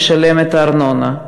לשלם את הארנונה.